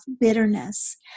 bitterness